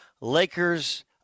Lakers